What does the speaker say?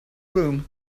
room